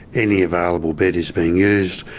any available bed is being used,